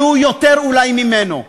היו יותר אולי ממנו,